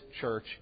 church